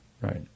right